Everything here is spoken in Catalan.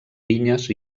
vinyes